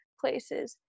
places